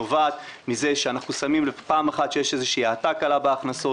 נובעת מזה שאנחנו שמים לב פעם אחת שיש איזושהי האטה קלה בהכנסות.